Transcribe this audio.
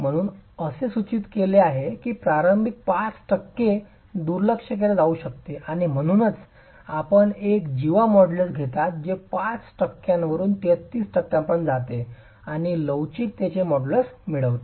म्हणूनच असे सूचित केले आहे की प्रारंभिक 5 टक्के दुर्लक्ष केले जाऊ शकते आणि म्हणूनच आपण एक जीवा मोड्यूलस घेतात जे 5 टक्क्यांवरून 33 टक्क्यांपर्यंत जाते आणि लवचिकतेचे मॉड्यूलस मिळवते